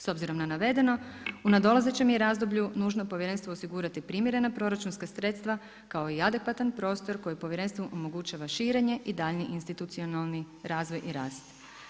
S obzirom na navedeno, u nadolazećem je razdoblju nužno povjerenstvu primjerena proračunska sredstva kao i adekvatan prostor koje povjerenstvo omogućava širenje i daljnji institucionalni razvoj i rast.